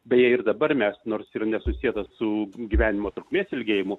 beje ir dabar mes nors ir nesusietas su gyvenimo trukmės ilgėjimu